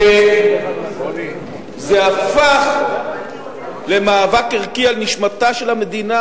זה הפך למאבק ערכי על נשמתה של המדינה,